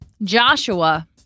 Joshua